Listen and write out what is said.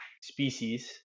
species